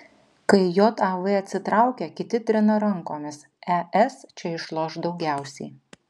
kai jav atsitraukia kiti trina rankomis es čia išloš daugiausiai